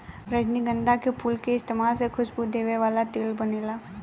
रजनीगंधा के फूल के इस्तमाल से खुशबू देवे वाला तेल बनेला